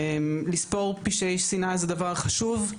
לספור פשעי שנאה זה דבר חשוב,